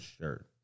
shirt